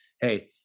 hey